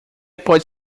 pode